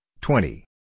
twenty